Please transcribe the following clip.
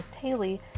Haley